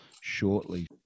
shortly